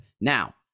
now